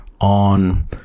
on